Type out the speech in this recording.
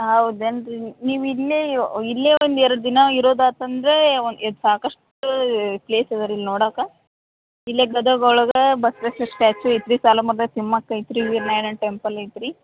ಹೌದೇನು ರೀ ನೀವು ಇಲ್ಲೆಯೊ ಇಲ್ಲೆ ಒಂದು ಎರಡು ದಿನ ಇರೋದಾತಂದರೆ ಒಂದು ಎರಡು ಸಾಕಷ್ಟು ಪ್ಲೇಸ್ ಇದಾ ರೀ ಇಲ್ಲಿ ನೋಡಾಕೆ ಇಲ್ಲೇ ಗದಗೊಳಗೆ ಬಸ್ವೇಶ್ವರ ಸ್ಟ್ಯಾಚು ಐತೆ ರೀ ಸಾಲುಮರದ ತಿಮ್ಮಕ್ಕ ಐತೆ ರೀ ವೀರನಾರಾಯಣ ಟೆಂಪಲ್ ಐತೆ ರೀ